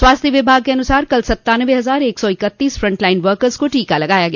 स्वास्थ्य विभाग के अनुसार कल सत्तानवे हजार एक सौ इकतीस फ्रंट लाइन वकस को टीका लगाया गया